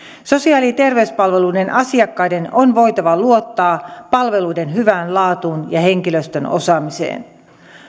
sosiaali ja terveyspalveluiden asiakkaiden on voitava luottaa palveluiden hyvään laatuun ja henkilöstön osaamiseen